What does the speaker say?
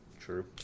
True